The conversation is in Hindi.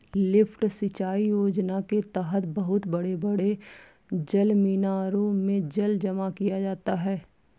लिफ्ट सिंचाई योजना के तहद बहुत बड़े बड़े जलमीनारों में जल जमा किया जाता है